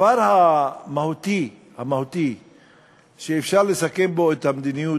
הדבר המהותי שאפשר לסכם בו את המדיניות,